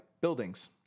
buildings